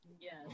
Yes